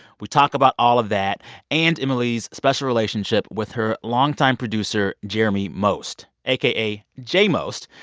we talk about all of that and emily's special relationship with her longtime producer jeremy most, aka j. most.